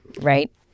right